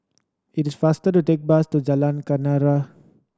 it is faster to take the bus to Jalan Kenarah